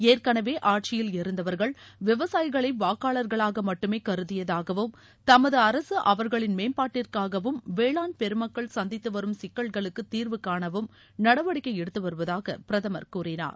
ஏற்களவே ஆட்சியில் இருந்தவர்கள் விவசாயிகளை வாக்காளர்களாக மட்டுமே கருதியதாகவும் தமது அரசு அவர்களின் மேம்பாட்டிற்காகவும் வேளாண் பெருமக்கள் சந்தித்து வரும் சிக்கல்களுக்கு தீர்வு காணவும் நடவடிக்கை எடுத்து வருவதாக பிரதமர் கூறினார்